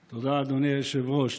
תודה, אדוני היושב-ראש.